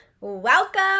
welcome